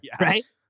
right